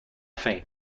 faim